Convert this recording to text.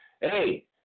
hey